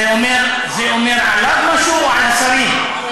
זה אומר עליו משהו, או על השרים?